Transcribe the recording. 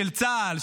של צה"ל,